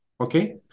okay